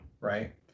right